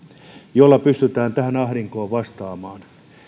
jolla pystytään tähän ahdinkoon vastaamaan